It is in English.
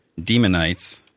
Demonites